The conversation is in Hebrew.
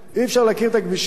אי-אפשר להכיר את הכבישים.